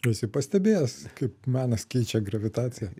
visi pastebės kaip menas keičia gravitaciją